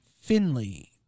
Finley